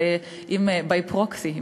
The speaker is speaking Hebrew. אבל by proxy,